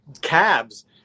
cabs